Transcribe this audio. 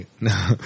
No